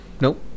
Nope